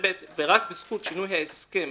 רק בזכות שינוי ההסכם,